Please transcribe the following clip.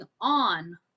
on